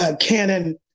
canon